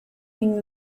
une